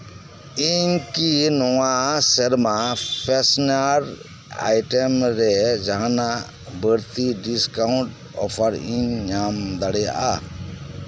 ᱤᱧᱠᱤ ᱱᱚᱶᱟ ᱥᱮᱨᱢᱟ ᱯᱷᱮᱥᱱᱟᱨ ᱟᱭᱴᱮᱢ ᱨᱮ ᱡᱟᱦᱟᱱᱟᱜ ᱵᱟᱹᱲᱛᱤ ᱰᱤᱥᱠᱟᱣᱩᱱᱴ ᱚᱯᱷᱟᱨ ᱤᱧ ᱧᱟᱢ ᱫᱟᱲᱮᱭᱟᱜᱼᱟ